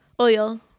oil